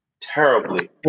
terribly